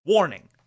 Warning